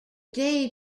day